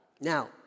Now